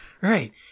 Right